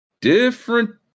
different